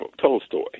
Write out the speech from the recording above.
Tolstoy